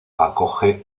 acoge